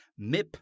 MIP